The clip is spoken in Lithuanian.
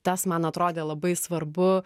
tas man atrodė labai svarbu